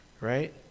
right